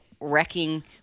wrecking